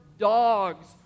Dogs